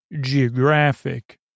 geographic